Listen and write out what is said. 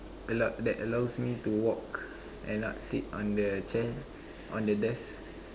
allow that allows me to walk and not sit on the chair on the desk